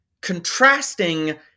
contrasting